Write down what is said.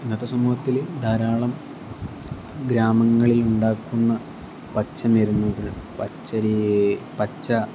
ഇന്നത്തെ സമൂഹത്തിൽ ധാരാളം ഗ്രാമങ്ങളിൽ ഉണ്ടാക്കുന്ന പച്ചമരുന്നുകൾ പച്ച